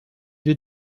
wir